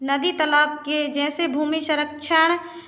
नदी तालाब के जैसे भूमि संरक्षण